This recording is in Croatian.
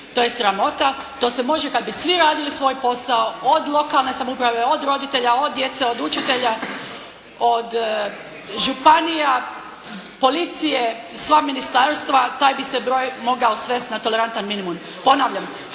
To je sramota, to se može kad bi svi radili svoj posao od lokalne samouprave, od roditelja, od djece, od učitelja, od županija, policije, sva ministarstva, taj bi se broj mogao svesti na tolerantan minimum. Ponavljam,